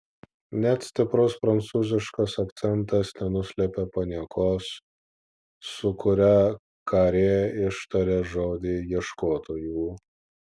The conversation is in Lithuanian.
net stiprus prancūziškas akcentas nenuslėpė paniekos su kuria karė ištarė žodį ieškotojų